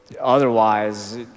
Otherwise